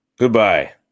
Goodbye